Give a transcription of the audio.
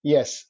Yes